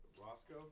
roscoe